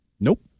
Nope